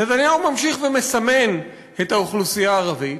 נתניהו ממשיך ומסמן את האוכלוסייה הערבית,